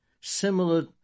similar